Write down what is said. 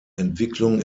entwicklung